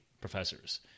professors